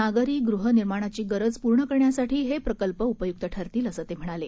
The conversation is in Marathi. नागरीगृहनिर्माणाचीगरजपूर्णकरण्यासाठीहेप्रकल्पउपयुक्तठरतील असंतेम्हणाले